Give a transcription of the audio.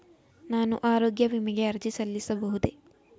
ನಾನು ಆರೋಗ್ಯ ವಿಮೆಗೆ ಅರ್ಜಿ ಸಲ್ಲಿಸಬಹುದೇ?